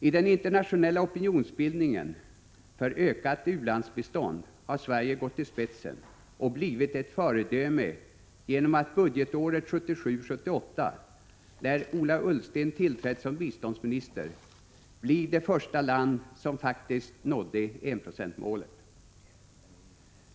I den internationella opinionsbildningen för ökat u-landsbistånd har Sverige gått i spetsen och blivit ett föredöme genom att vi budgetåret 1977/78, när Ola Ullsten tillträtt som biståndsminister, blev det första land som faktiskt nådde enprocentsmålet.